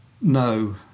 No